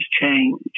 change